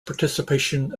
participation